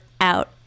out